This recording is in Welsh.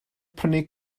prynu